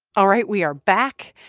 all right, we are back.